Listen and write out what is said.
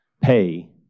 pay